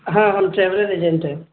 ہاں ہم traveller agent ہیں